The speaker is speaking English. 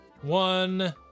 one